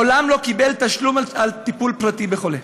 מעולם לא קיבל תשלום על טיפול פרטי בחולה.